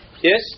yes